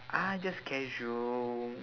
uh just casual